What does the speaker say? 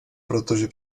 protože